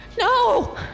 No